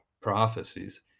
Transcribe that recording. prophecies